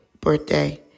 birthday